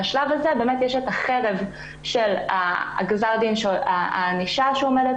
בשלב הזה יש את החרב של הענישה שעומדת